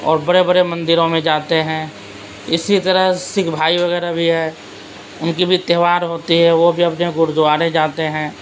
اور بڑے بڑے مندروں میں جاتے ہیں اسی طرح سکھ بھائی وغیرہ بھی ہے ان کی بھی تہوار ہوتی ہے وہ بھی اپنے گرودوارے جاتے ہیں